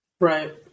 right